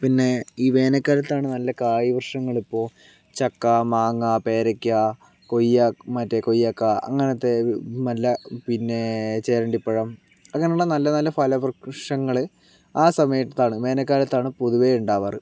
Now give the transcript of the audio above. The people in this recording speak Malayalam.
പിന്നെ ഈ വേനൽക്കാലത്താണ് നല്ല കായ് വൃക്ഷങ്ങളിപ്പോൾ ചക്ക മാങ്ങ പേരക്ക കൊയ്യാ മറ്റേ കൊയ്യാക്ക അങ്ങനെത്തെ നല്ല പിന്നെ ചെരണ്ടിപ്പഴം അങ്ങനെയുള്ള നല്ല നല്ല ഫല വൃക്ഷങ്ങള് ആ സമയത്താണ് വേനൽക്കാലത്താണ് പൊതുവെ ഉണ്ടാവാറ്